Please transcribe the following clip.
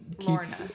Lorna